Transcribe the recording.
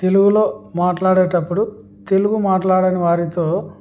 తెలుగులో మాట్లాడేటప్పుడు తెలుగు మాట్లాడని వారితో